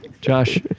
Josh